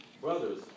Brothers